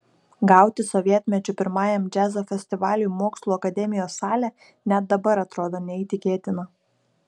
gauti sovietmečiu pirmajam džiazo festivaliui mokslų akademijos salę net dabar atrodo neįtikėtina